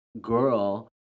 girl